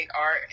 art